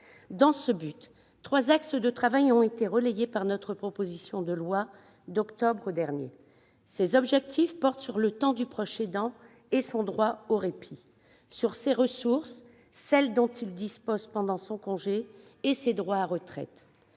Aussi, trois axes de travail ont été relayés par notre proposition de loi d'octobre dernier. Ces objectifs portent sur le temps du proche aidant et son droit au répit, sur ses ressources, celles dont il dispose pendant son congé et ses droits à retraite,